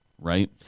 right